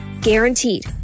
Guaranteed